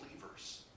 believers